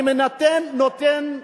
אני נותן,